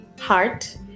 heart